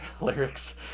lyrics